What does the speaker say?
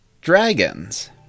Dragons